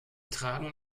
tragen